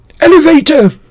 Elevator